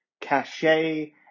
cachet